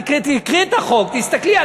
תקראי את החוק, תסתכלי.